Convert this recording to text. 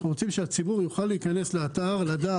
אנחנו רוצים שהיום הציבור ייכנס לאתר ויידע